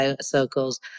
circles